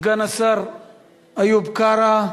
סגן השר איוב קרא,